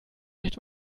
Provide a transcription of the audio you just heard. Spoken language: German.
nicht